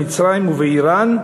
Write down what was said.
מצרים ואיראן,